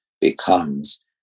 becomes